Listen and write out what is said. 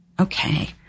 okay